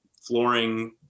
flooring